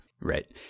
Right